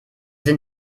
sind